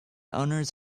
owners